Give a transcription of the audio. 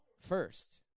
first